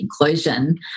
inclusion